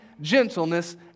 gentleness